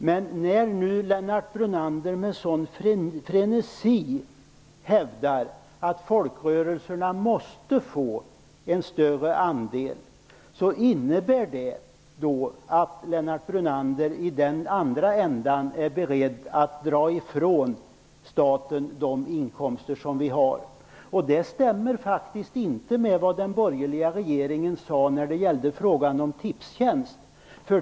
Men när nu Lennart Brunander med sådan frenesi hävdar att folkrörelserna måste få en större andel, innebär det att Brunander i den andra ändan är beredd att dra ifrån staten inkomster. Det stämmer faktiskt inte med vad den borgerliga regeringen sade i frågan om Tipstjänst.